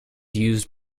used